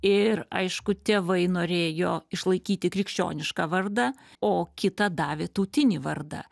ir aišku tėvai norėjo išlaikyti krikščionišką vardą o kitą davė tautinį vardą